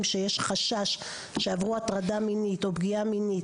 שיש חשש שעברו הטרדה מינית או פגיעה מינית,